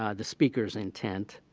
ah the speaker's intent,